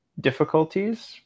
difficulties